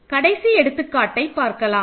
கடைசி எடுத்துக்காட்டை பார்க்கலாம்